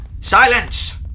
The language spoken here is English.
Silence